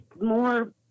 more